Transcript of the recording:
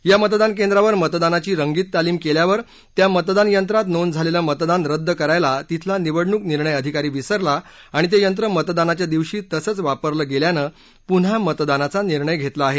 या मतदान केंद्रावर मतदानाची रंगीत तालीम केल्यावर त्या मतदानयंत्रात नोंद झालेलं मतदान रद्द करायला तिथला निवडणूक निर्णय आधिकारी विसरला आणि ते यंत्र मतदानाच्या दिवशी तसंच वापरलं गेल्यानं पुन्हा मतदानाचा निर्णय घेतला आहे